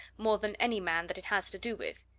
more than any man that it has to do with.